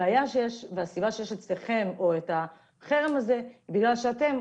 הבעיה שיש אצלכם החרם הזה זה מכיוון שאתם,